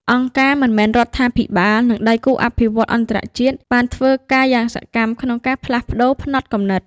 អង្គការមិនមែនរដ្ឋាភិបាល និងដៃគូអភិវឌ្ឍន៍អន្តរជាតិបានធ្វើការយ៉ាងសកម្មក្នុងការផ្លាស់ប្តូរផ្នត់គំនិត។